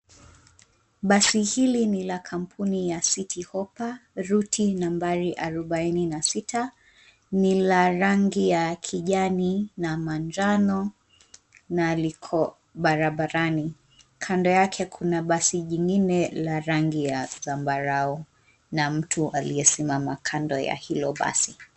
Basi hili ni la kampuni ya Citi Hoppa route nambari arobanne na sita ni la rangi ya kijani na manjano na liko barabarani kando yake kuna basi jingine la rangi ya zambarao, na mtu aliyesimama kando ya hilo basi.